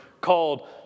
called